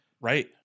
Right